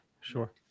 sure